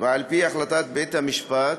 ועל-פי החלטת בית-המשפט,